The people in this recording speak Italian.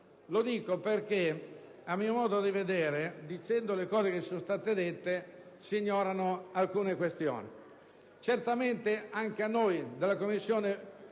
Lo dico perché, a mio modo di vedere, dicendo le cose che sono state dette si ignorano alcune questioni. Certamente anche a noi membri della Commissione